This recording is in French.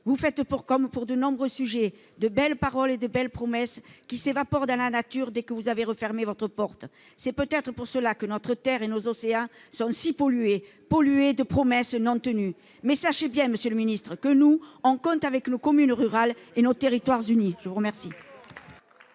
Vous faites comme pour de nombreux sujets : de belles paroles et de belles promesses qui s'évaporent dans la nature dès que vous avez refermé votre porte. C'est peut-être pour cela que la Terre et nos océans sont si pollués, contaminés de promesses non tenues ! Sachez bien, monsieur le ministre, que nous, nous comptons avec nos communes rurales et nos territoires unis ! La parole